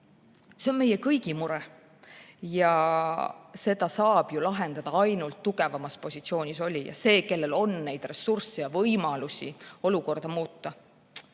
See on meie kõigi mure. Seda saab lahendada ju ainult tugevamas positsioonis olija, see, kellel on ressursse ja võimalusi olukorda muuta.